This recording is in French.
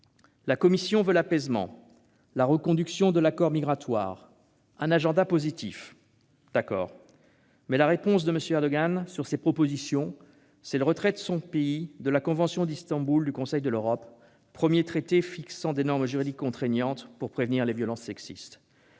La Commission veut l'apaisement, la reconduction de l'accord migratoire, un agenda positif. D'accord, mais la réponse de M. Erdogan sur ces propositions, c'est le retrait de son pays de la convention d'Istanbul du Conseil de l'Europe, premier traité fixant des normes juridiques contraignantes pour prévenir les violences sexistes.